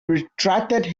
retracted